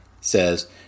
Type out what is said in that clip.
says